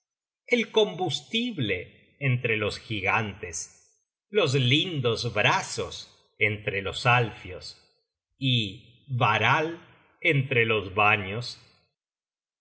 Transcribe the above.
el combustible entre los gigantes los lindos brazos entre los alfios y varal entre los vanios